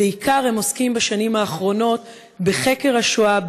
בעיקר הם עוסקים בשנים האחרונות בחקר השואה,